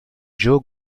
joe